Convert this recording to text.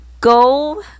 Go